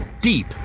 Deep